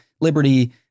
liberty